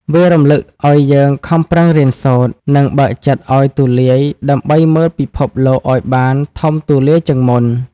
វារំលឹកឱ្យយើងខំប្រឹងរៀនសូត្រ និងបើកចិត្តឱ្យទូលាយដើម្បីមើលពិភពលោកឱ្យបានធំទូលាយជាងមុន។